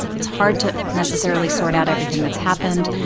it's hard to necessarily sort out everything that's happened.